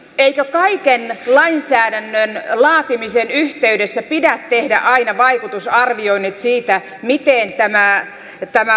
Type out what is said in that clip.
eikö kaiken lainsäädännön laatimisen yhteydessä pidä tehdä aina vaikutusarvioinnit siitä miten tämä lainsäädäntö vaikuttaa